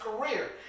career